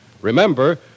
Remember